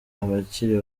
abakiri